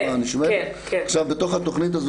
בתוך התוכנית הזאת,